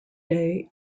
day